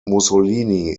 mussolini